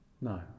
No